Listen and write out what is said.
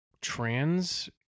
trans